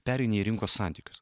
pereina į rinkos santykius